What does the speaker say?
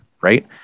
right